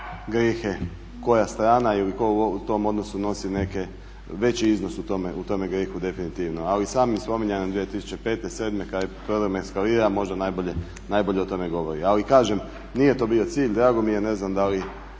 grijehe koje strana ili ko u tom odnosu nosio neke veći iznos u tome grijehu definitivno. Ali sami spomen na 2005., 2007.kad je problem eskalirao možda najbolje o tome govore. Ali kažem nije to bio cilj, drago mi je, ne znam da li